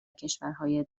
کشورهای